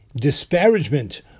disparagement